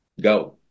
go